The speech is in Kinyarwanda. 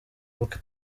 ubwe